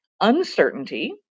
uncertainty